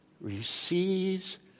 Receives